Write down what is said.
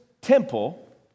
temple